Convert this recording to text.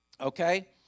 Okay